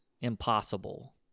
impossible